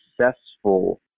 successful